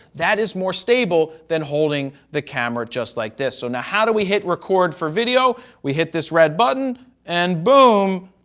that is more stable than holding the camera just like this. so, now how do we hit record for video? we hit this red button and boom.